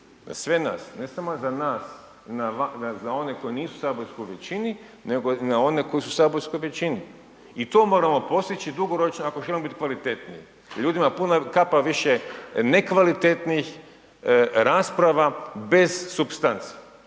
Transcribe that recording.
sve nas. Na sve nas, .../Govornik se ne čuje./... nego i na one koji su u saborskoj većini i to moramo postići i dugoročno ako želimo biti kvalitetniji jer ljudima je puna kapa više nekvalitetnih, rasprava bez supstanci